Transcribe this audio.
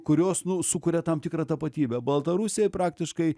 kurios sukuria tam tikrą tapatybę baltarusiai praktiškai